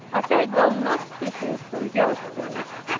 as i go not thither for your sake,